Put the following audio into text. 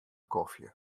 kofje